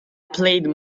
played